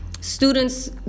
students